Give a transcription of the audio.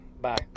Bye